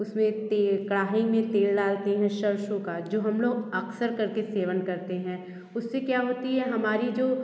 उसमें तेल कढ़ाई में तेल डालते हैं सरसों का जो हम लोग अक्सर कर के सेवन करते हैं उससे क्या होती है हमारी जो